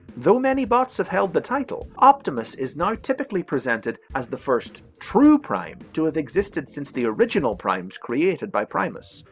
though many bots have held the title, optimus is now typically presented as the first true prime to have existed since the original primes created by primus,